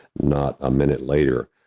not a minute later,